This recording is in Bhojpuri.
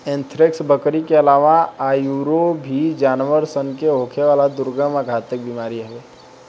एंथ्रेक्स, बकरी के आलावा आयूरो भी जानवर सन के होखेवाला दुर्गम आ घातक बीमारी हवे